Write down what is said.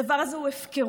הדבר הזה הוא הפקרות.